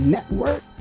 Network